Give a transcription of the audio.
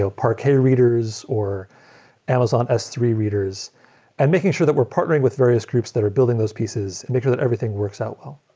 so parquet readers or amazon s three readers and making sure that we're partnering with various groups that are building those pieces and make sure that everything works out well.